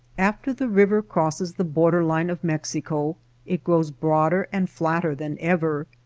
after the river crosses the border-line of mexico it grows broader and flatter than ever.